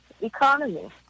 economy